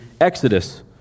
Exodus